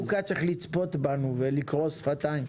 אתה צריך לצפות בנו בחוקה ולקרוא שפתיים.